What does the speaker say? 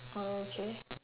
mm okay